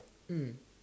mm